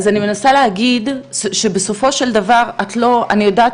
אני מנסה להגיד שבסופו של דבר אני יודעת